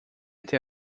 até